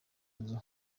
nzu